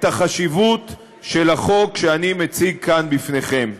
החשיבות של החוק שאני מציג כאן בפניכם.